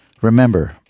Remember